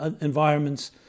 environments